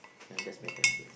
ya that's me thank you